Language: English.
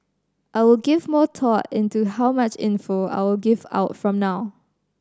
I will give more thought into how much info I will give out from now